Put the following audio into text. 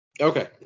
Okay